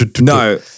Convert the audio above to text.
No